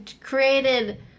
created